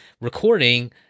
recording